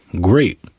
Great